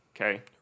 Okay